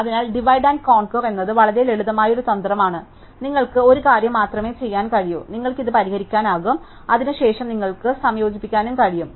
അതിനാൽ divide and conquer എന്നത് വളരെ ലളിതമായ ഒരു തന്ത്രമാണ് നിങ്ങൾക്ക് ഒരു കാര്യം മാത്രമേ ചെയ്യാൻ കഴിയൂ നിങ്ങൾക്ക് ഇത് പരിഹരിക്കാനാകും അതിനുശേഷം നിങ്ങൾക്ക് സംയോജിപ്പിക്കാൻ കഴിയും